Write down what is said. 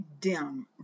dim